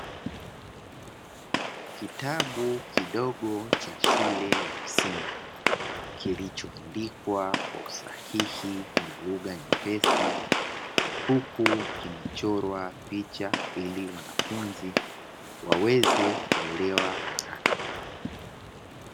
Kitabu kidogo cha shule ya msingi, kilichoandikwa kwa usahihi na lugha nyepesi huku kimechorwa picha ili wanafunzi waweze kuelewa haraka.